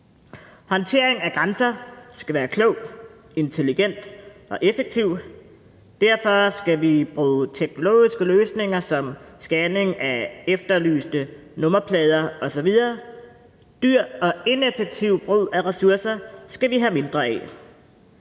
Håndtering af grænser skal være klogt, intelligent og effektivt. Derfor skal vi bruge teknologiske løsninger som scanning af efterlyste nummerplader osv. – dyr og ineffektiv brug af ressourcer skal vi have mindre af.